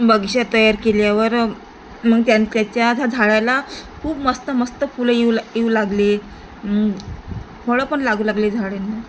बगीचा तयार केल्यावर मग त्यान् त्याच्या झाडाला खूप मस्त मस्त फुलं येव् येऊ लागले फळं पण लागू लागले झाडेनं